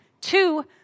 two